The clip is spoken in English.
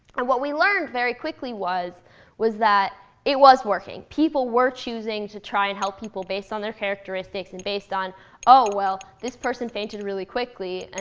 and what we learned very quickly was was that it was working. people were choosing to try and help people based on their characteristics and based on oh, well, this person fainted really quickly,